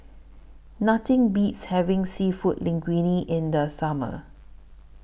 Nothing Beats having Seafood Linguine in The Summer